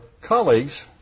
colleagues